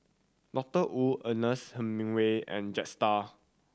Doctor Wu Ernest Hemingway and Jetstar